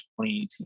2018